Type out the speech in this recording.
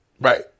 right